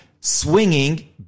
swinging